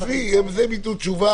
עזבי, על זה הם ייתנו תשובה.